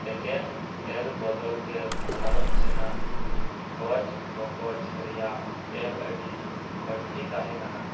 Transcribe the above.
ᱮᱠᱮᱱ ᱮᱞ ᱵᱚᱫᱚᱞ ᱛᱮ ᱵᱷᱟᱨᱚᱛ ᱥᱮᱱᱟᱜ ᱜᱚᱡ ᱜᱚᱯᱚᱡ ᱨᱮᱭᱟᱜ ᱮᱞ ᱟᱹᱰᱤ ᱵᱟᱹᱲᱛᱤ ᱛᱟᱦᱮᱸ ᱠᱟᱱᱟ